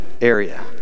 area